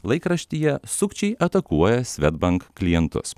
laikraštyje sukčiai atakuoja swedbank klientus